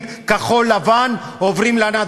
כי החקלאות והחקלאים הקימו את המדינה,